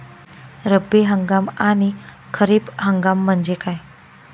रब्बी हंगाम आणि खरीप हंगाम म्हणजे काय?